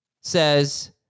says